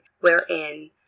wherein